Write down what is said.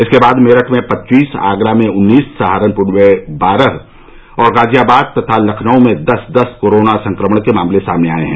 इसके बाद मेरठ में पच्चीस आगरा में उन्नीस सहारनपुर में बारह और गाजियाबाद तथा लखनऊ में दस दस कोरोना संक्रमण के मामले सामने आये हैं